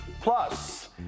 Plus